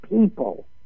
people